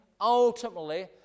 ultimately